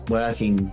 working